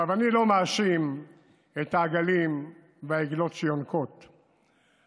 אני לא מאשים את העגלים והעגלות שיונקים,